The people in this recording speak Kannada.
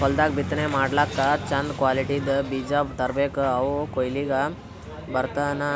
ಹೊಲ್ದಾಗ್ ಬಿತ್ತನೆ ಮಾಡ್ಲಾಕ್ಕ್ ಚಂದ್ ಕ್ವಾಲಿಟಿದ್ದ್ ಬೀಜ ತರ್ಬೆಕ್ ಅವ್ ಕೊಯ್ಲಿಗ್ ಬರತನಾ